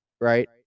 right